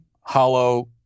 hollow